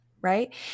Right